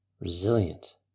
resilient